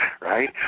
right